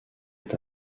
est